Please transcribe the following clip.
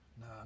no